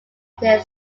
their